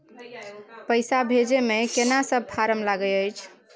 पैसा भेजै मे केना सब फारम लागय अएछ?